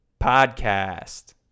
Podcast